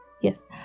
Yes